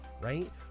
right